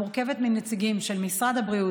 המורכבת מנציגים של משרדי הבריאות,